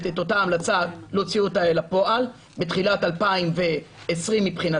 את אותה המלצה להוציא אותה אל הפועל בתחילת 2020 מבחינתנו.